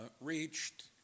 reached